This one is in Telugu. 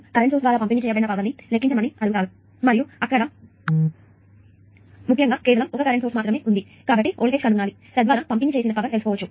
కరెంటు సోర్స్ ద్వారా పంపిణీ చేయబడిన పవర్ ని లెక్కించమని అడిగారు మరియు ఇక్కడ ముఖ్యంగా కేవలం ఒక కరెంటు సోర్స్ మాత్రమే ఉంది కాబట్టి వోల్టేజ్ కనుగొనాలి తద్వారా పంపిణీ చేసిన పవర్ తెలుసుకోవచ్చు